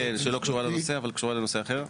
כן, שלא קשורה לנושא אבל קשורה לנושא אחר.